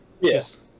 Yes